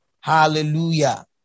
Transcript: Hallelujah